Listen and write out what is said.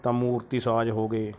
ਤਾਂ ਮੂਰਤੀ ਸਾਜ ਹੋ ਗਏ